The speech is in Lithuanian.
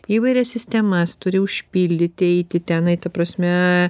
įvairias sistemas turi užpildyti eiti tenai ta prasme